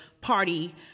party